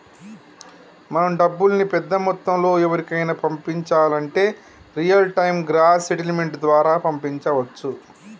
మనం డబ్బుల్ని పెద్ద మొత్తంలో ఎవరికైనా పంపించాలంటే రియల్ టైం గ్రాస్ సెటిల్మెంట్ ద్వారా పంపించవచ్చు